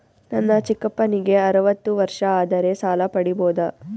ನನ್ನ ಚಿಕ್ಕಪ್ಪನಿಗೆ ಅರವತ್ತು ವರ್ಷ ಆದರೆ ಸಾಲ ಪಡಿಬೋದ?